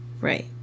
Right